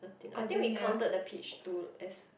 I think we counted the peach two as